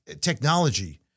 technology